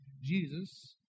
Jesus